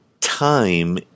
time